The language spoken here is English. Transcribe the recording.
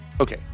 Okay